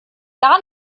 gar